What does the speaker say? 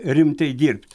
rimtai dirbt